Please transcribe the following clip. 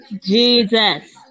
Jesus